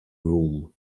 room